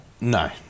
No